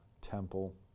temple